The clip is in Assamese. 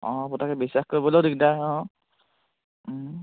অঁ পটকে বিশ্বাস কৰিবলেও দিগদাৰ অঁ